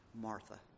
Martha